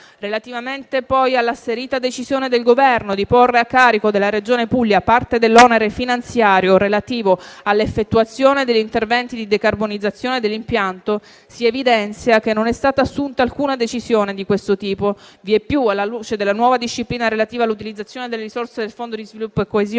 Relativamente all'asserita decisione del Governo di porre a carico della Regione Puglia parte dell'onere finanziario relativo all'effettuazione degli interventi di decarbonizzazione dell'impianto, si evidenzia che non è stata assunta alcuna decisione di questo tipo. Vieppiù, alla luce della nuova disciplina relativa all'utilizzazione delle risorse del Fondo di sviluppo e coesione,